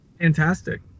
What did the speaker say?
fantastic